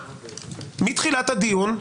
מתחילת הדיון,